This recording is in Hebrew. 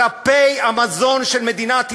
כלפי המזון של מדינת ישראל,